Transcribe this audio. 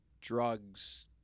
drugs